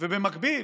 ובמקביל